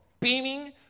beaming